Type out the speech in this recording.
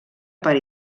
per